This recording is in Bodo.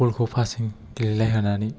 बल खौ फासिं गेलेलायहोनानै